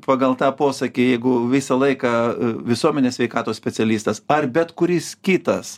pagal tą posakį jeigu visą laiką visuomenės sveikatos specialistas ar bet kuris kitas